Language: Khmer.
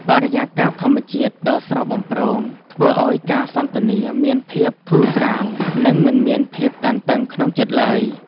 បរិយាកាសធម្មជាតិដ៏ស្រស់បំព្រងធ្វើឱ្យការសន្ទនាគ្នាមានភាពធូរស្រាល និងមិនមានភាពតានតឹងក្នុងចិត្តឡើយ។